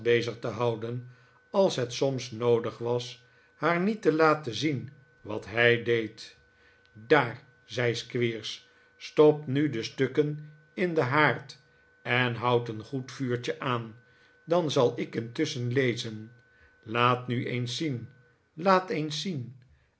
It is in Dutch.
bezig te houden als het soms noodig was haar niet te laten zien wat hij deed daar zei squeers stop nu de stukken in den haard en houd een goed vuurtje aan dan zal ik intusschen lezen laat nu eens zien laat eens zien